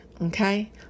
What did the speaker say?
Okay